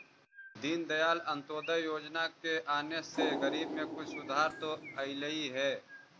दीनदयाल अंत्योदय योजना के आने से गरीबी में कुछ सुधार तो अईलई हे